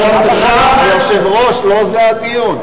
היושב-ראש, לא זה הדיון.